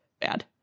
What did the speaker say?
bad